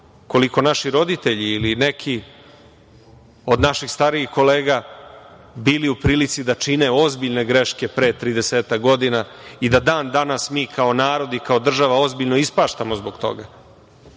koliko naši roditelji ili neki od naših starijih kolega bili u prilici da čine ozbiljne greške pre tridesetak godina i da dan-danas mi kao narod i kao država ozbiljno ispaštamo zbog toga,